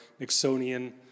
Nixonian